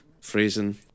freezing